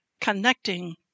Connecting